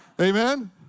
amen